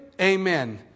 amen